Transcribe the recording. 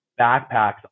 backpacks